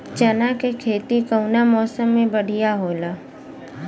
चना के खेती कउना मौसम मे बढ़ियां होला?